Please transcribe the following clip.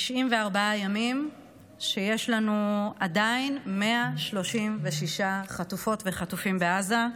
94 ימים שבהם עדיין יש לנו 136 חטופות וחטופים בעזה.